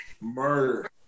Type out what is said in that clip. murder